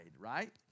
right